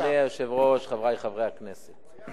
אדוני היושב-ראש, חברי חברי הכנסת,